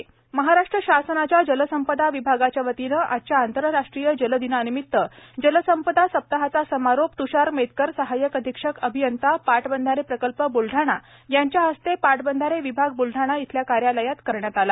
जलदिन महाराष्ट्र शासनाच्या जलसंपदा विभागाच्या वतीने आजच्या आंतरराष्ट्रीय जल दिनानिमित्त जलसंपदा सताहाचा समारोप तुषार मेतकर सहाय्यक अधीक्षक अभियंता पाटबंधारे प्रकल्प ब्लढाणा यांच्या हस्ते पाटबंधारे विभाग बुलढाणा येथील कार्यालयात करण्यात आला